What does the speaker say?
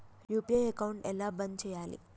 UPI account ఎలా బంద్ చేయాలి?